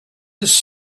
his